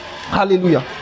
Hallelujah